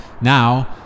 Now